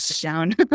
down